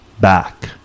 back